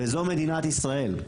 וזו מדינת ישראל,